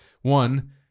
One